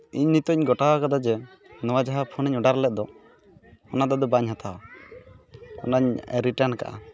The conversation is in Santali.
ᱤᱧ ᱱᱤᱛᱳᱜ ᱤᱧ ᱜᱚᱴᱟᱣᱟᱠᱟᱫᱟ ᱡᱮ ᱱᱚᱣᱟ ᱡᱟᱦᱟᱸ ᱯᱷᱳᱱᱤᱧ ᱚᱰᱟᱨ ᱞᱮᱫ ᱫᱚ ᱚᱱᱟ ᱫᱚ ᱟᱫᱚ ᱵᱟᱹᱧ ᱦᱟᱛᱟᱣᱟ ᱚᱱᱟᱧ ᱨᱤᱴᱟᱱ ᱠᱟᱜᱼᱟ